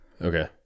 Okay